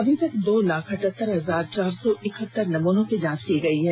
अभी तक दो लाख अठहतर हजार चार सौ इकहतर नमूनों की जांच की गई है